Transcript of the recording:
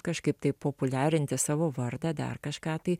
kažkaip tai populiarinti savo vardą dar kažką tai